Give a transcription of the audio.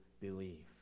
believe